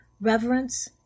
reverence